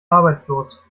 arbeitslos